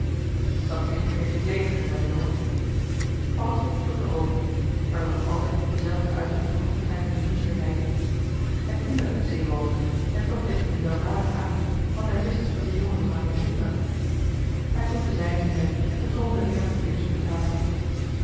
dat kind heeft je t leven gered jongen paddeltje sloeg de oogen op er lag nog altijd dezelfde uitdrukking van goedheid en vriendelijkheid in het hinderde den zeeroover en toch deed het hem weldadig aan want hij wist dat de jongen nog aan zijn kind dacht hij sloeg de zijne neer en trommelde weer met de vingers op de tafel